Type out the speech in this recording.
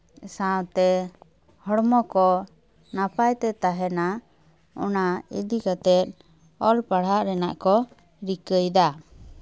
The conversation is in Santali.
ᱥᱟᱶᱛᱮ ᱦᱚᱲᱢᱚ ᱠᱚ ᱱᱟᱯᱟᱭ ᱛᱮ ᱛᱟᱦᱮᱱᱟ ᱚᱱᱟ ᱤᱫᱤ ᱠᱟᱛᱮᱫ ᱚᱞ ᱯᱟᱲᱦᱟᱣ ᱨᱮᱱᱟᱜ ᱠᱚ ᱨᱤᱠᱟᱹᱭ ᱫᱟ